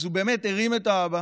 אז הוא באמת הרים את האבא,